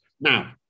Now